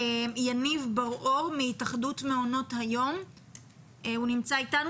יניב בר אור, התאחדות מעונות היום שנמצא אתנו